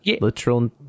literal